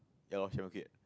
ya lor she haven't quit yet